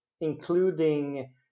including